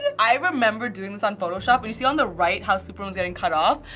i remember doing this on photoshop. and you see on the right, how superwoman's getting cut off?